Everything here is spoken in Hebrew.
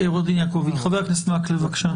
חבר הכנסת מקלב, בבקשה.